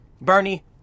Bernie